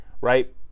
right